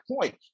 point